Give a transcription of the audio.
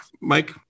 Mike